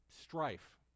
strife